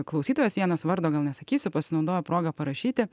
klausytojas vienas vardo gal nesakysiu pasinaudojo proga parašyti